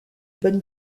bonne